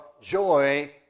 joy